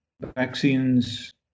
vaccines